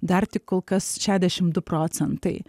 dar tik kolkas šešiasdešim du procentai